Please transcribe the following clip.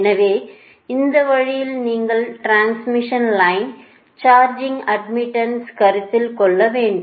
எனவே இந்த வழியில் நீங்கள் டிரான்ஸ்மிஷன் லைனுக்கான சார்ஜிங் அட்மிட்டன்ஸை கருத்தில் கொள்ள வேண்டும்